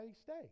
stay